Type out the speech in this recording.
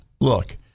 look